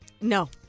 No